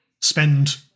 spend